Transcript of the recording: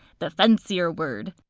the fancier word.